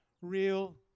real